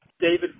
David